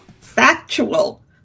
factual